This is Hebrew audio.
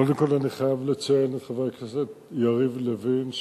קודם כול אני חייב לציין את חבר הכנסת יריב לוין,